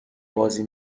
بازی